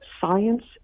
science